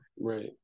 Right